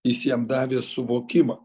jis jam davė suvokimą